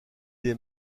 des